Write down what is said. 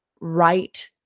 right